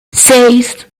seis